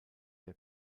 der